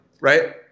Right